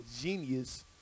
genius